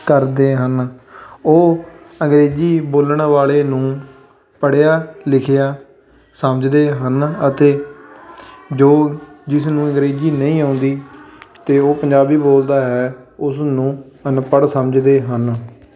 ਕਰਦੇ ਹਨ ਉਹ ਅੰਗਰੇਜ਼ੀ ਬੋਲਣ ਵਾਲੇ ਨੂੰ ਪੜ੍ਹਿਆ ਲਿਖਿਆ ਸਮਝਦੇ ਹਨ ਅਤੇ ਜੋ ਜਿਸ ਨੂੰ ਅੰਗਰੇਜ਼ੀ ਨਹੀਂ ਆਉਂਦੀ ਅਤੇ ਉਹ ਪੰਜਾਬੀ ਬੋਲਦਾ ਹੈ ਉਸ ਨੂੰ ਅਨਪੜ੍ਹ ਸਮਝਦੇ ਹਨ